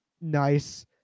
nice